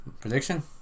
Prediction